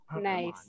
nice